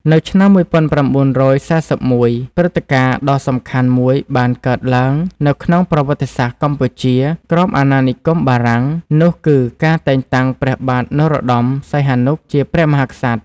នៅឆ្នាំ១៩៤១ ព្រឹត្តិការណ៍ដ៏សំខាន់មួយបានកើតឡើងនៅក្នុងប្រវត្តិសាស្ត្រកម្ពុជាក្រោមអាណានិគមបារាំង នោះគឺការតែងតាំងព្រះបាទនរោត្ដម សីហនុ ជាព្រះមហាក្សត្រ។